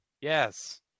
Yes